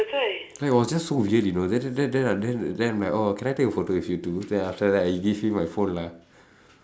it was just so weird you know then then then then then I'm like orh can I take a photo with you too then after that I give him my phone lah